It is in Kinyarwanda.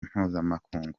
mpuzamakungu